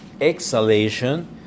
exhalation